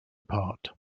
apart